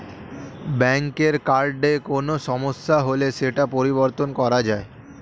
ব্যাঙ্কের কার্ডে কোনো সমস্যা হলে সেটা পরিবর্তন করা যায়